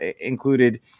included